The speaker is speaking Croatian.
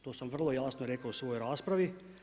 To sam vrlo jasno rekao u svojoj raspravi.